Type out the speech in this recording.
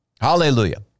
Hallelujah